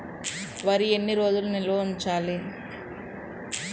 వరి ఎన్ని రోజులు నిల్వ ఉంచాలి?